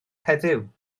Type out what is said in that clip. heddiw